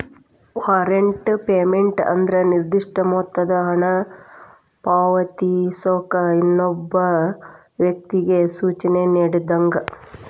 warrant payment ಅಂದ್ರ ನಿರ್ದಿಷ್ಟ ಮೊತ್ತದ ಹಣನ ಪಾವತಿಸೋಕ ಇನ್ನೊಬ್ಬ ವ್ಯಕ್ತಿಗಿ ಸೂಚನೆ ನೇಡಿದಂಗ